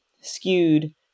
skewed